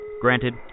Granted